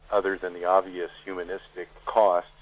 other than the obvious humanistic costs,